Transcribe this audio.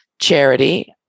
charity